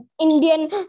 Indian